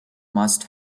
must